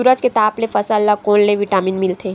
सूरज के ताप ले फसल ल कोन ले विटामिन मिल थे?